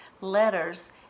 letters